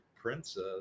princess